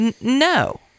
no